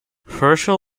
herschel